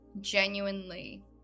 genuinely